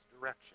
direction